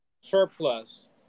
surplus